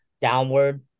downward